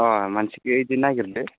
अ मानसिखो इदि नायगिरदो